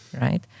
right